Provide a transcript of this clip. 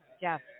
jeff